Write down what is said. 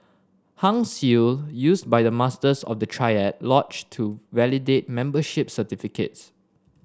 Hung Seal used by the Masters of the triad lodge to validate membership certificates